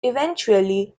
eventually